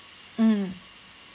mm